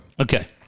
Okay